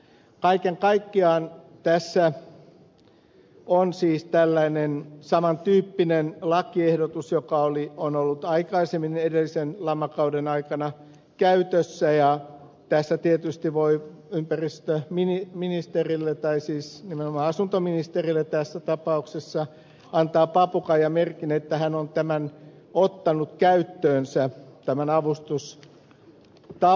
kaiken kaikkiaan tässä on siis tällainen saman tyyppinen lakiehdotus joka on ollut aikaisemmin edellisen lamakauden aikana käytössä ja tässä tietysti voi ympäristöministerille tai nimenomaan asuntoministerille tässä tapauksessa antaa papukaijamerkin että hän on ottanut käyttöönsä tämän avustustavan